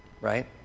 right